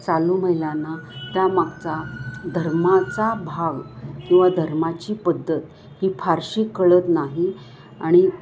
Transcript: चालू महिलांना त्या मागचा धर्माचा भाव किंवा धर्माची पद्धत ही फारशी कळत नाही आणि